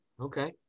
Okay